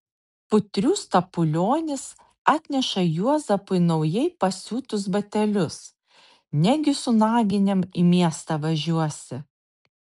putrių stapulionis atneša juozapui naujai pasiūtus batelius negi su naginėm į miestą važiuosi